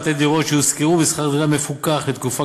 בתי-דירות שיושכרו בשכר-דירה מפוקח לתקופה